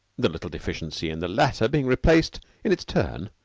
the little deficiency in the latter being replaced in its turn,